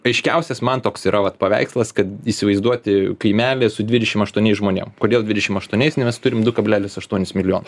aiškiausias man toks yra vat paveikslas kad įsivaizduoti kaimelį su dvidešim aštuoniais žmonėm kodėl dvidešim aštuoniais nes turim du kablelis aštuonis milijono